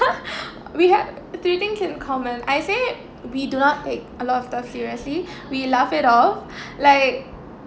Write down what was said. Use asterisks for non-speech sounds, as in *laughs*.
*laughs* we had three thing in common I say we do not take a lot of the seriously we laugh it off like